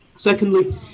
Secondly